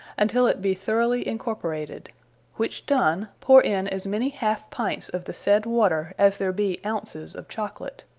untill it be thoroughly incorporated which done, poure in as many halfe pints of the said water as there be ounces of chocolate,